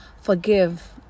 Forgive